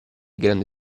grande